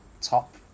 top